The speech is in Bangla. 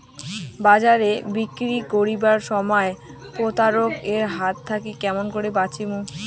বাজারে বিক্রি করিবার সময় প্রতারক এর হাত থাকি কেমন করি বাঁচিমু?